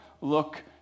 look